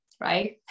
right